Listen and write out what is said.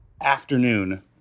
afternoon